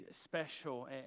special